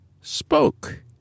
spoke